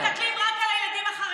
אתם מסתכלים רק על הילדים החרדים.